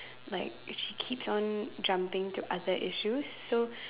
like she keeps on jumping to other issues so